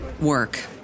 work